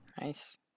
Nice